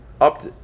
up